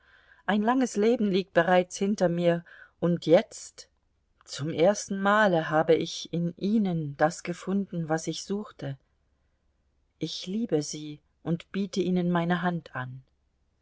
ein langes leben liegt bereits hinter mir und jetzt zum ersten male habe ich in ihnen das gefunden was ich suchte ich liebe sie und biete ihnen meine hand an